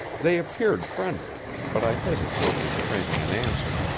they appeared friendly, but i hesitated in framing an answer.